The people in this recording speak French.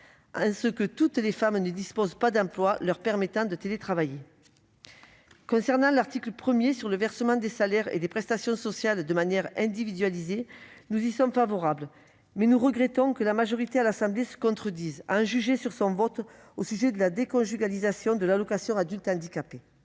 mesure où toutes les femmes ne disposent pas d'emploi leur permettant de télétravailler. Concernant l'article 1 relatif au versement des salaires et des prestations sociales de manière individualisée, nous y sommes favorables, mais nous regrettons que la majorité de l'Assemblée nationale se contredise, à en juger par son vote sur la déconjugalisation de l'AAH. Finalement, les